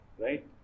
right